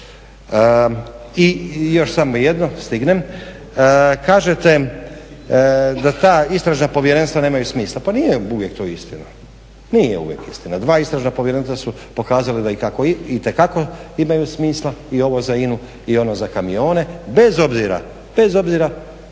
I još samo jedno stignem. Kažete da ta istražna povjerenstva nemaju smisla. Pa nije uvijek to istina. Nije uvijek istina. Dva istražna povjerenstva su da itekako imaju smisla i ovo za INA-u i ovo za kamione bez obzira što